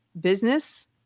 business